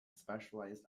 specialized